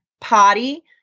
potty